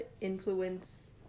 influence